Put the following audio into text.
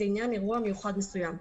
לעניין אירוע מיוחד מסוים.